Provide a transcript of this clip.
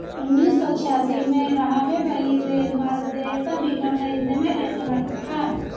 उन्नीस सौ छियासी में, राहवे वैली रेलमार्ग देयता बीमा खरीदने में असमर्थ था